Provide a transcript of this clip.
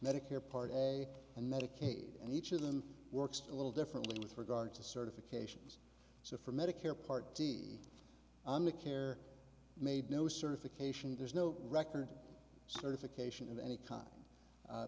medicare part a and medicaid and each of them works a little differently with regard to certifications so for medicare part d i'm a care made no certification there's no record certification of any kind